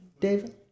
David